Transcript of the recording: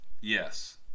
Yes